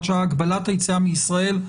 (הוראת שעה) (הגבלת היציאה מישראל)